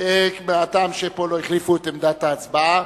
מהטעם שפה לא החליפו את עמדת ההצבעה,